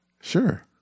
sure